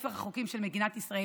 מספר החוקים של מדינת ישראל.